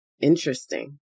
Interesting